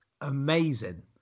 amazing